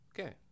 Okay